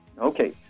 Okay